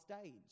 stage